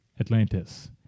atlantis